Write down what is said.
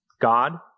God